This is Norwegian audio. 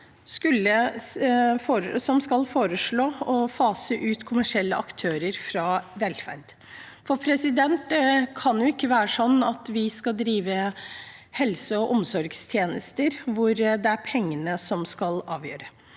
som skal foreslå å fase ut kommersielle aktører fra velferden, for det kan jo ikke være sånn at vi skal drive helse- og omsorgstjenester hvor det er pengene som skal avgjøre.